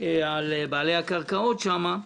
על בעלי הקרקעות שם,